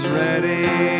ready